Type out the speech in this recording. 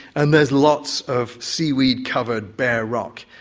and there is lots of seaweed-covered bare rock.